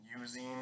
using